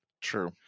True